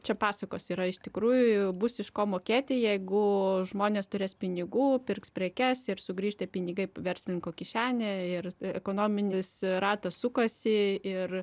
čia pasakos yra iš tikrųjų bus iš ko mokėti jeigu žmonės turės pinigų pirks prekes ir sugrįš tie pinigai verslininko kišenę ir ekonominis ratas sukasi ir